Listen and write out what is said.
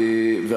הוא לא קיים.